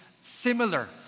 similar